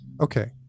Okay